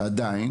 ועדיין,